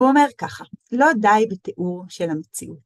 הוא אומר ככה, לא די בתיאור של המציאות.